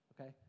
okay